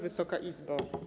Wysoka Izbo!